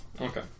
Okay